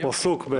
הוא עסוק.